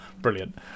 Brilliant